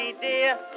dear